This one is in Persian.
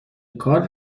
کار